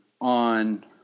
on